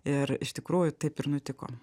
ir iš tikrųjų taip ir nutiko